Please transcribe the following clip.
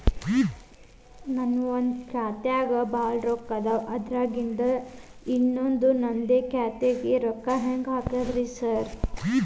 ನನ್ ಒಂದ್ ಖಾತ್ಯಾಗ್ ಭಾಳ್ ರೊಕ್ಕ ಅದಾವ, ಅದ್ರಾಗಿಂದ ಇನ್ನೊಂದ್ ನಂದೇ ಖಾತೆಗೆ ಹೆಂಗ್ ಕಳ್ಸ್ ಬೇಕು ಹೇಳ್ತೇರಿ?